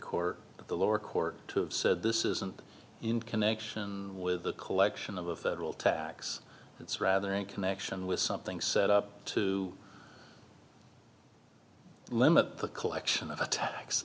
court the lower court to have said this isn't in connection with the collection of a federal tax it's rather in connection with something set up to limit the collection of attacks